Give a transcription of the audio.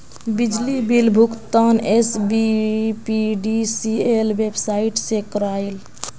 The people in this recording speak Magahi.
बिजली बिल भुगतान एसबीपीडीसीएल वेबसाइट से क्रॉइल